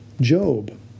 Job